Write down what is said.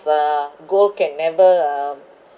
the gold can never um